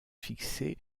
fixé